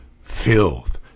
filth